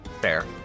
Fair